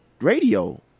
radio